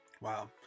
wow